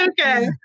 Okay